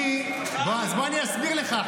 אז בוא אני אסביר לך,